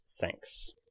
thanks